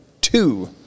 two